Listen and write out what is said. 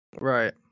Right